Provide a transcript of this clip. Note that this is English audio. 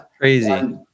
Crazy